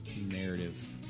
narrative